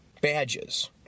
badges